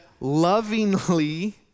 lovingly